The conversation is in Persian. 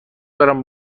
دارم